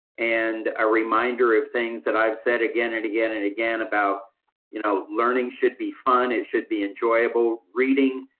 and a reminder of things that i've said again, and again, and again, about you know, learning should be fun, it should be enjoyable, reading,